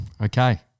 Okay